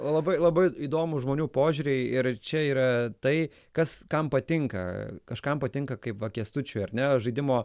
labai labai įdomūs žmonių požiūriai ir čia yra tai kas kam patinka kažkam patinka kaip va kęstučiui ar ne žaidimo